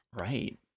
Right